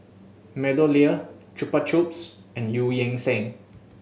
MeadowLea Chupa Chups and Eu Yan Sang